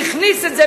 הכניס את זה,